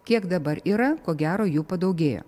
kiek dabar yra ko gero jų padaugėjo